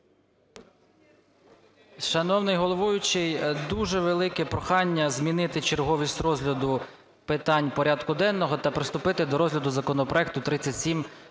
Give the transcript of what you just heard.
Шановний головуючий, дуже велике прохання змінити черговість розгляду питань порядку денного та приступити до розгляду законопроекту 3790.